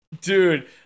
Dude